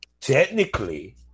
technically